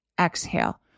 exhale